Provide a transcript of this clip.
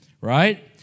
Right